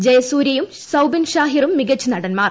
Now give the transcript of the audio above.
ജയസൂര്യയും സൌബിൻ ഷാഹിറും മിക്ച്ച നടൻമാർ